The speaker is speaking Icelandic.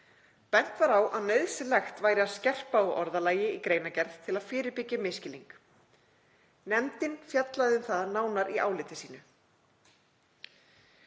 Bent var á að nauðsynlegt væri að skerpa á orðalagi í greinargerð til að fyrirbyggja misskilning. Nefndin fjallar um það nánar í áliti sínu.